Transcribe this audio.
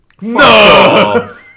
No